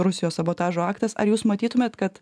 rusijos sabotažo aktas ar jūs matytumėt kad